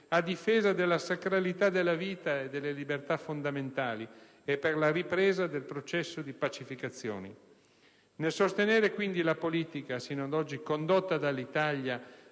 a difesa della sacralità della vita e delle libertà fondamentali e per la ripresa del processo di pacificazione. Nel sostenere quindi la politica sino ad oggi condotta dall'Italia